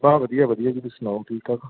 ਵਾ ਵਧੀਆ ਵਧੀਆ ਜੀ ਤੁਸੀਂ ਸੁਣਾਉ ਠੀਕ ਠਾਕ